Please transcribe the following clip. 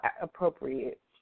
appropriate